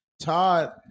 Todd